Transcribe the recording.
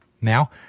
Now